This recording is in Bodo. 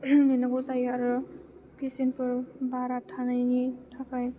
नेनांगौ जायो आरो पेसेन्टफोर बारा थानायनि थाखाय